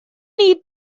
need